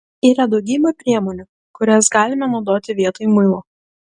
yra daugybė priemonių kurias galime naudoti vietoj muilo